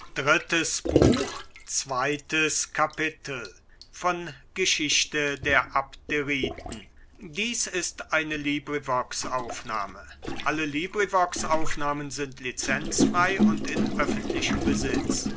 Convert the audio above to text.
demokritus dies ist